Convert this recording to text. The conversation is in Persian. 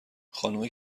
خانومه